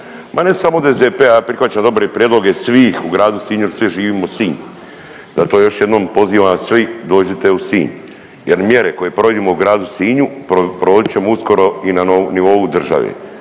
Ma ne samo od SDP-a, ja prihvaćam dobre prijedloge svih u gradu Sinju jel svi živimo Sinj. Zato još jednom pozivam, svi dođite u Sinj jer mjere koje provodimo u gradu Sinju provodit ćemo uskoro i na nivou države,